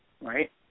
Right